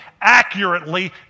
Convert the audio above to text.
accurately